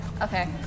Okay